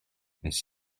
wnes